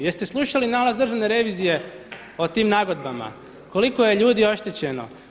Jeste li slušali nalaz Državne revizije o tim nagodbama koliko je ljudi oštećeno?